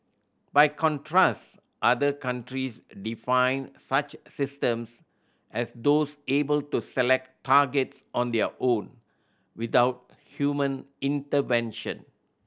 by contrast other countries define such systems as those able to select targets on their own without human intervention